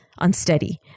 unsteady